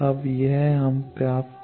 अब यह प्राप्त कर सकते हैं